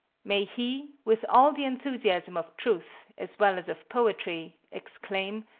may he, with all the enthusiasm of truth as well as of poetry, exclaim,